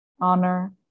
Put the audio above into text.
honor